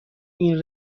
این